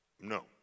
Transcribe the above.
No